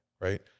right